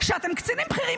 שאתם הייתם קצינים בכירים,